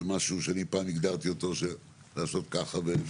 זה משהו שפה אני הגדרתי אותו לעשות ככה.